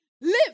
Live